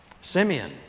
Simeon